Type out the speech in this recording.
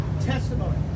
testimony